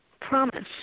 promise